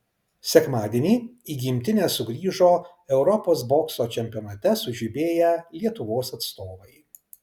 sekmadienį į gimtinę sugrįžo europos bokso čempionate sužibėję lietuvos atstovai